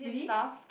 really